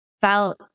felt